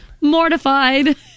mortified